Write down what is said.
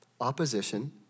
Opposition